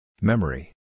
Memory